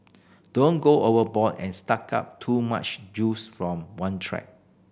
don't go overboard and suck up too much juice from one track